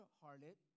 harlot